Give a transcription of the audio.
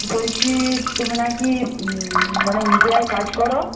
বলছি তুমি নাকি মানে মিডিয়ায় কাজ করো